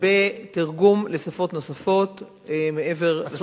בתרגום לשפות נוספות מעבר לשפה העברית.